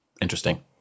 Interesting